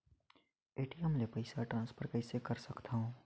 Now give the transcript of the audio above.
ATM ले पईसा transfer कइसे कर सकथव?